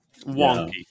wonky